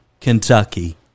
Kentucky